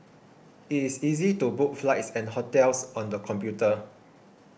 it is easy to book flights and hotels on the computer